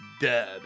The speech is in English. dead